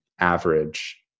average